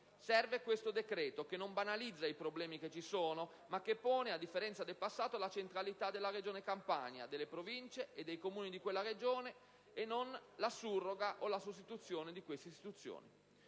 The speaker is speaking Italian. Serve, questo decreto, che non banalizza i problemi che ci sono, ma pone, a differenza del passato, la centralità della Regione Campania, delle sue Province e Comuni, e non la surroga o la sostituzione di queste istituzioni.